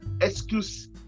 excuse